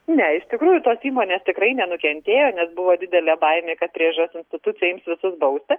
ne iš tikrųjų tos įmonės tikrai nenukentėjo nes buvo didelė baimė kad priežiūros institucija ims visus bausti